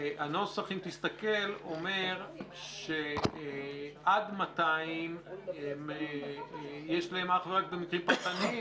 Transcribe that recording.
הנוסח אומר שעד 200 יש להם אך ורק במקרים פרטניים,